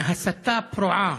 הסתה פרועה,